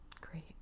Great